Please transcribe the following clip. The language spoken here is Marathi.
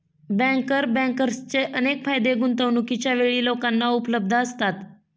बँकर बँकर्सचे अनेक फायदे गुंतवणूकीच्या वेळी लोकांना उपलब्ध असतात